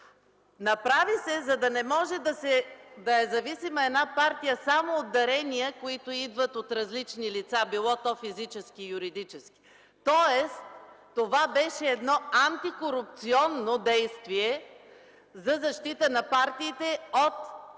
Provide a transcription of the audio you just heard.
Направи се, за да не може да е зависима една партия само от дарения, които идват от различни лица – било то физически, и юридически. Тоест това беше едно антикорупционно действие за защита на партиите от